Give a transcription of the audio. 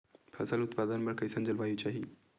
फसल उत्पादन बर कैसन जलवायु चाही?